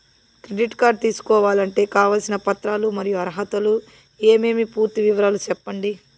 Credit card తీసుకోవాలంటే కావాల్సిన పత్రాలు మరియు అర్హతలు ఏమేమి పూర్తి వివరాలు సెప్పండి?